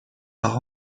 par